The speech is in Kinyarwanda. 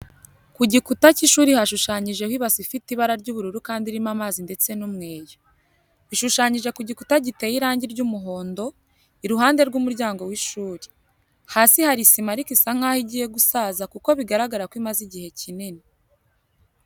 Ku gikuta cy'ishuri hashushanyijeho ibase ifite ibara ry'ubururu kandi irimo amazi ndetse n'umweyo. Bishushanyije ku gikuta giteye irangi ry'umuhondo, iruhande rw'umuryango w'ishuri. Hasi hari sima ariko isa nkaho igiye gusaza kuko biragaragara ko imaze igihe kinini.